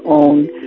own